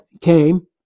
came